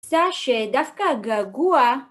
יצא שדווקא הגעגוע.